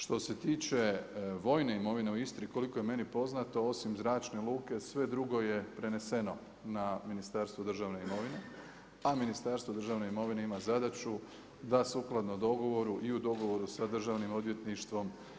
Što se tiče vojne imovine u Istri koliko je meni poznato osim zračne luke sve drugo je preneseno na Ministarstvo državne imovine, a Ministarstvo državne imovine ima zadaću da sukladno dogovoru i u dogovoru sa Državnim odvjetništvom.